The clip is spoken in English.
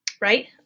right